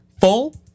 full